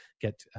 get